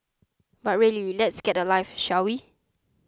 but really let's get a life shall we